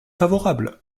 favorable